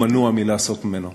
הוא מנוע מלעסוק בו.